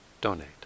donate